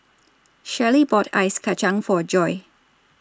Shellie bought Ice Kacang For Joi